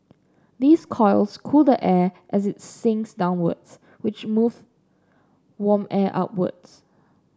these coils cool the air as it sinks downwards which move warm air upwards